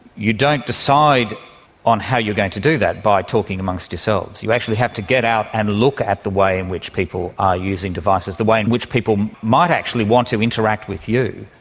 you don't decide on how you're going to do that by talking amongst yourselves, you actually have to get out and look at the way in which people are using devices, the way in which people might actually want to interact with you.